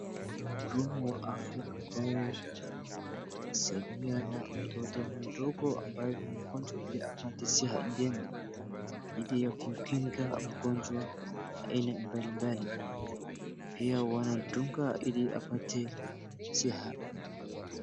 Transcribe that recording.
Kuna mhudumu wa afya ambaye anasaidiana mtoto mdogo ambaye ni mgojwa ili apate siha njema dhidi ya kumkinga ugonjwa ile mbalimbali. Pia wanadunga ili apate siha.